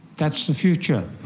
that's the future.